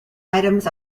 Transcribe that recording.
items